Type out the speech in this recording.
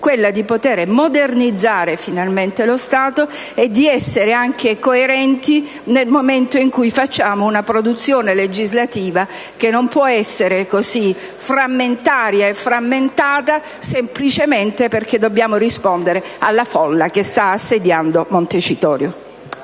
quella di poter modernizzare finalmente lo Stato e di essere anche coerenti nel momento in cui facciamo una produzione legislativa che non può essere così frammentaria e frammentata, semplicemente perché dobbiamo rispondere alla folla che sta assediando Montecitorio?